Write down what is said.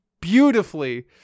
beautifully